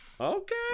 Okay